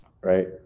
right